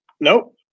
Nope